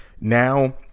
now